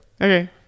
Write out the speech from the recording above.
Okay